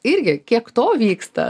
irgi kiek to vyksta